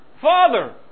Father